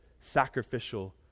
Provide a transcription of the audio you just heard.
sacrificial